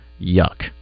Yuck